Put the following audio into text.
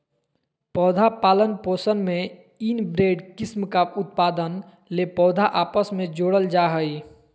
पौधा पालन पोषण में इनब्रेड किस्म का उत्पादन ले पौधा आपस मे जोड़ल जा हइ